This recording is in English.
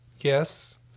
yes